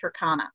Turkana